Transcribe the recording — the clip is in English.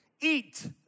Eat